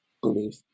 belief